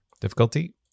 Difficulty